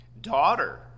daughter